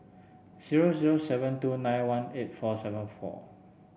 zero zero seven two nine one eight four seven four